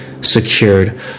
secured